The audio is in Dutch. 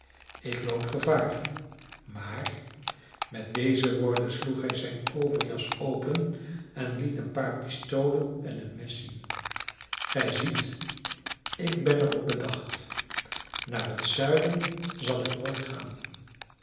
ik loop gevaar maar met deze woorden sloeg hij zijn overjas open en liet een paar pistolen en een mes zien gij ziet ik ben er op bedacht naar het zuiden zal ik nooit gaan